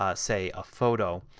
ah say, a photo.